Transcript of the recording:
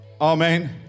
Amen